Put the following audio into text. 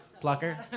plucker